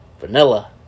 vanilla